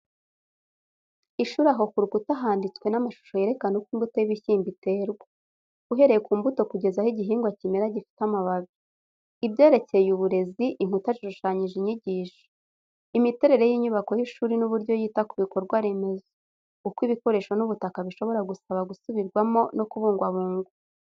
Ishuri aho ku rukuta handitswe n’amashusho yerekana uko imbuto y’ibishyimbo iterwa, uhereye ku mbuto kugeza aho igihingwa kimera gifite amababi. Ibyerekeye uburezi, inkuta zishushanyije inyigisho. Imiterere y’inyubako y’ishuri n’uburyo yita ku bikorwa remezo. Uko ibikoresho n’ubutaka bishobora gusaba gusubirwamo no kubungwabungwa.